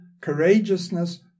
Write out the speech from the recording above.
courageousness